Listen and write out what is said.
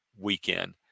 weekend